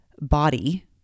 body